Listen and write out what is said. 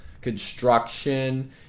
construction